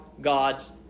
God's